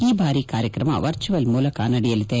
ಈ ಬಾರಿ ಕಾರ್ಯಕ್ರಮ ವರ್ಚುವಲ್ ಮೂಲಕ ನಡೆಯಲಿದೆ